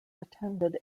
attended